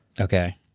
okay